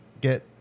get